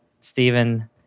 Stephen